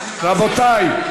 רבותי?